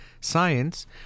science